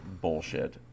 bullshit